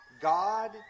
God